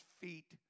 feet